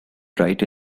write